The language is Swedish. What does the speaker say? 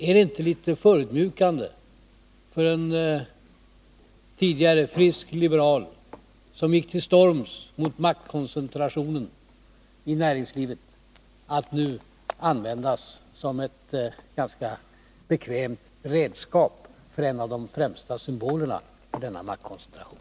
Är det inte litet förödmjukande för en tidigare frisk liberal som gick till storms mot maktkoncentrationen i näringslivet att nu användas som ett ganska bekvämt redskap för en av de främsta symbolerna för denna maktkoncentration?